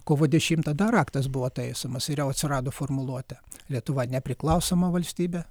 kovo dešimtą dar aktas buvo taisomas ir jau atsirado formuluotė lietuva nepriklausoma valstybė